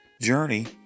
Journey